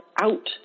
out